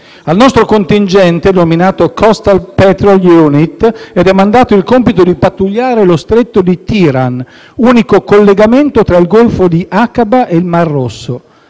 Al nostro contingente, denominato Coastal patrol unit (CPU), è domandato il compito di pattugliare lo Stretto di Tiran, unico collegamento tra il Golfo di Aqaba e il Mar Rosso,